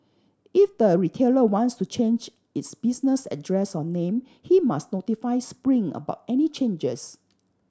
if the retailer wants to change its business address or name he must notify Spring about any changes